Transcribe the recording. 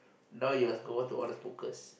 now you must go all to all the smokers